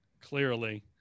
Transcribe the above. Clearly